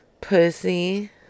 Pussy